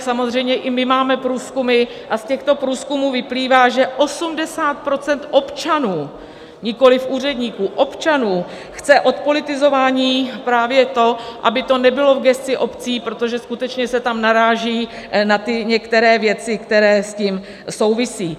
Samozřejmě i my máme průzkumy a z těchto průzkumů vyplývá, že 80 % občanů, nikoliv úředníků, občanů chce odpolitizování, právě to, aby to nebylo v gesci obcí, protože skutečně se tam naráží na některé věci, které s tím souvisí.